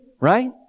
right